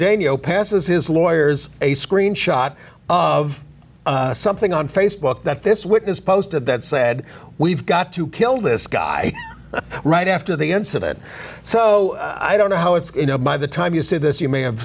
daimio passes his lawyers a screenshot of something on facebook that this witness posted that said we've got to kill this guy right after the incident so i don't know how it's you know by the time you say this you may have